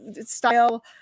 style